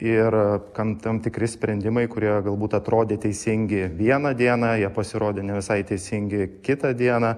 ir kam tam tikri sprendimai kurie galbūt atrodė teisingi vieną dieną jie pasirodė ne visai teisingi kitą dieną